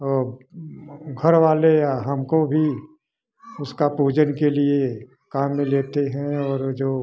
और घरवाले या हमको भी उसका पूजन के लिए काम में लेते हैं और जो